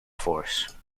force